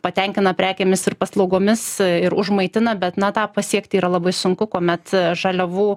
patenkina prekėmis ir paslaugomis ir užmaitina bet na tą pasiekti yra labai sunku kuomet žaliavų